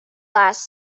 last